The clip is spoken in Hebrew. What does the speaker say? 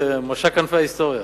זה משק כנפי ההיסטוריה.